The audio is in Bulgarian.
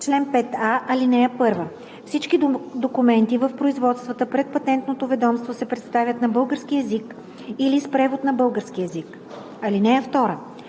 Чл. 5a. (1) Всички документи в производствата пред Патентното ведомство се представят на български език или с превод на български език. (2)